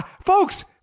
Folks